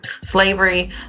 slavery